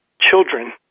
children